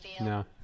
No